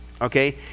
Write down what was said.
okay